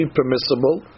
permissible